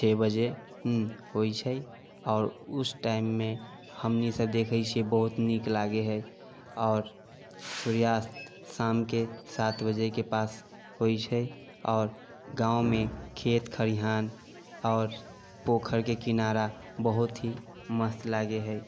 छओ बजे हुँ होइ छै आओर उस टाइममे हमनि सभ देखै छियै बहुत नीक लागे है आओर सूर्यास्त शामके सात बजेके पास होइ छै आओर गाँवमे खेत खलियान आओर पोखरिके किनारा बहुत ही मस्त लागै है